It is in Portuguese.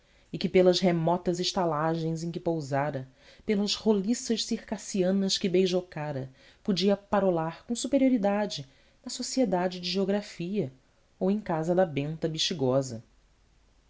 e que pelas remotas estalagens em que pousara pelas roliças circassianas que beijocara podia parolar com superioridade na sociedade de geografia ou em asa da benta bexigosa